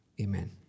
Amen